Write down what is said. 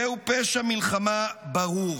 זהו פשע מלחמה ברור,